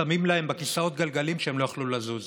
שמים להם בכיסאות הגלגלים כדי שהם לא יוכלו לזוז.